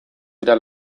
dira